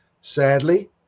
Sadly